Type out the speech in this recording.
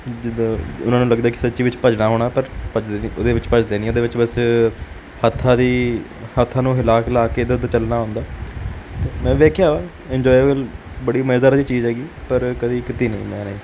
ਜਿੱਦਾਂ ਉਹਨਾਂ ਨੂੰ ਲੱਗਦਾ ਕਿ ਸੱਚੀ ਵਿੱਚ ਭੱਜਣਾ ਹੋਣਾ ਪਰ ਭੱਜਦੇ ਨਹੀਂ ਉਹਦੇ ਵਿੱਚ ਭੱਜਦੇ ਨਹੀਂ ਉਹਦੇ ਵਿੱਚ ਬੱਸ ਹੱਥਾਂ ਦੀ ਹੱਥਾਂ ਨੂੰ ਹਿਲਾ ਹਿਲਾ ਕੇ ਇੱਧਰ ਉੱਧਰ ਚੱਲਣਾ ਹੁੰਦਾ ਅਤੇ ਮੈਂ ਵੇਖਿਆ ਵਾ ਇੰਨਜੁਏ ਵਲ ਬੜੀ ਮਜ਼ੇਦਾਰ ਦੀ ਚੀਜ਼ ਹੈਗੀ ਪਰ ਕਦੇ ਕੀਤੀ ਨਹੀਂ ਮੈਂ ਹਾਲੇ